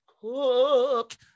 cook